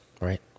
Right